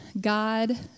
God